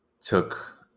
took